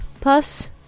plus